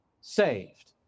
saved